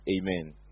Amen